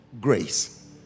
grace